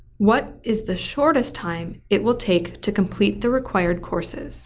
what is the shortest time it will take to complete the required courses